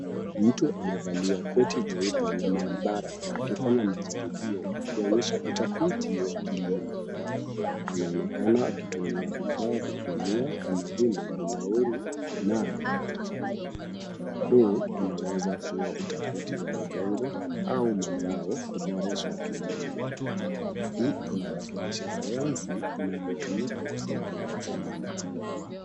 Mtu amevalia koti jeupe la maabara akifanya majaribio ikionyesha utafiti wa kilimo. Anaonekana akitumia vifaa vya kemia kama vile bilauri na mirija. Huu unaweza kuwa utafiti wa udongo au mazao kuboresha kilimo. Hii inawakilisha sayansi inavyotumika kusaidia wakulima.